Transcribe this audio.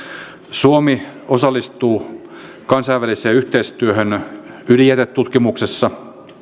suomi osallistuu kansainväliseen yhteistyöhön ydinjätetutkimuksessa